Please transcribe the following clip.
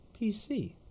PC